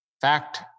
Fact